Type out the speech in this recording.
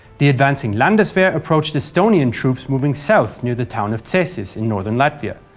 the advancing landeswehr approached estonians troops moving south near the town of cesis in northern latvia.